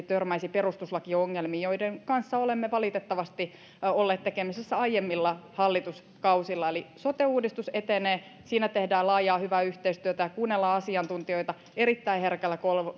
törmäisi perustuslakiongelmiin joiden kanssa olemme valitettavasti olleet tekemisissä aiemmilla hallituskausilla eli sote uudistus etenee siinä tehdään laajaa hyvää yhteistyötä ja kuunnellaan asiantuntijoita erittäin herkällä